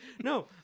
no